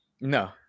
No